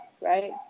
right